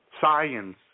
Science